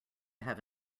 have